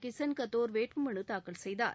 கிஸன் கத்தோர் வேட்புமனு தாக்கல் செய்தார்